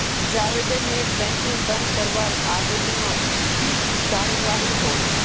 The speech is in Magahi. जावेदेर नेट बैंकिंग बंद करवार आवेदनोत की कार्यवाही होल?